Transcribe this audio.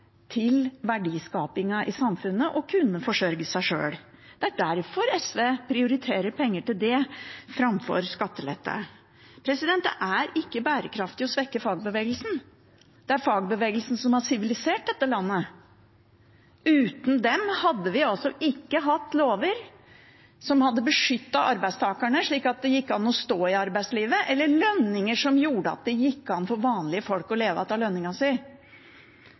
til verdiskapingen i samfunnet og kunne forsørge seg sjøl. Det er derfor SV prioriterer penger til det framfor skattelette. Det er ikke bærekraftig å svekke fagbevegelsen. Det er fagbevegelsen som har sivilisert dette landet. Uten dem hadde vi ikke hatt lover som beskyttet arbeidstakerne, slik at det gikk an å stå i arbeidslivet, eller lønninger som gjorde at det gikk an for vanlige folk å leve